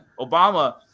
Obama